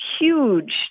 huge